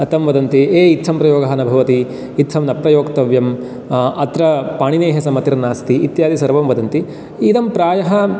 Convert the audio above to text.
कथं वदन्ति ए इत्थं प्रयोगः न भवति इत्थं न प्रयोक्तव्यं अत्र पाणिनेः सम्मतिर्नास्ति इत्यादिसर्वं वदन्ति इदं प्रायः